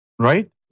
Right